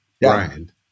brand